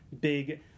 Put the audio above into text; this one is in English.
big